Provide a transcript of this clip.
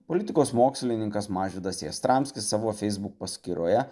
politikos mokslininkas mažvydas jastramskis savo facebook paskyroje